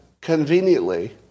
conveniently